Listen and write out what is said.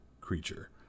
creature